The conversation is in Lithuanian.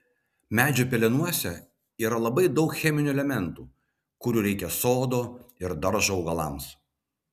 medžių pelenuose yra labai daug cheminių elementų kurių reikia sodo ir daržo augalams